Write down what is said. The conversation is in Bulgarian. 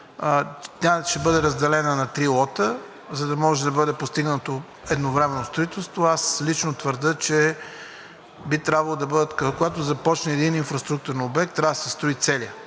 ще бъде разделена на три лота, за да може да бъде постигнато едновременно строителство. Лично твърдя, че когато започне един инфраструктурен обект, трябва да се строи целият,